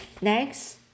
next